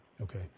Okay